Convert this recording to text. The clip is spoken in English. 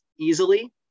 easily